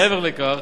מעבר לכך,